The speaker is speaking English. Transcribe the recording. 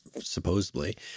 supposedly